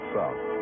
South